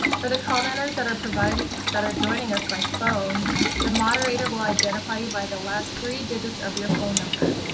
for the commenters that are providing that are joining us by phone the moderator will identify you by the last three digits of your phone number.